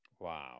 Wow